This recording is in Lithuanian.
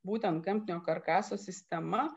būtent gamtinio karkaso sistema